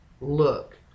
look